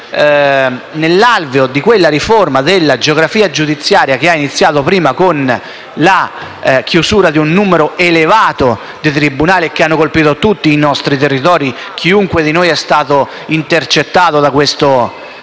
nell'alveo di quella riforma della geografia giudiziaria che è iniziata con la chiusura di un numero elevato di tribunali e che ha colpito tutti i nostri territori. Chiunque di noi, infatti, è stato intercettato da questo